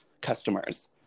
customers